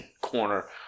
corner